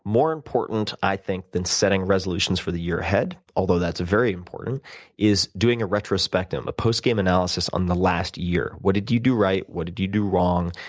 more important, i think, than setting resolutions for the year ahead although that's very important is doing a retrospective, a post-game analysis on the last year. what did you do right? what did you do wrong?